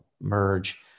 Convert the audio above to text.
merge